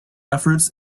efforts